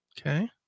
Okay